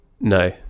No